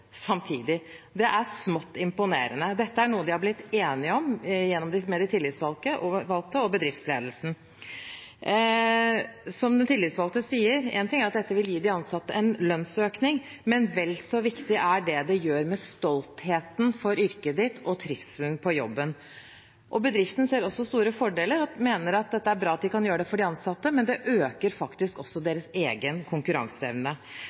samtidig. Det er smått imponerende. Dette er noe de har blitt enige om med de tillitsvalgte og bedriftsledelsen. Som de tillitsvalgte sier: Én ting er at dette vil gi de ansatte en lønnsøkning, men vel så viktig er det det gjør med stoltheten for yrket og trivselen på jobben. Bedriften ser også store fordeler og mener det er bra at de kan gjøre det for de ansatte, og at det faktisk også øker deres egen konkurranseevne.